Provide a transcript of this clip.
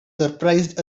surprised